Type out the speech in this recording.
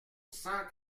cent